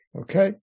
Okay